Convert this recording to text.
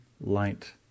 light